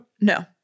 No